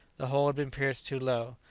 the hole had been pierced too low.